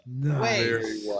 Wait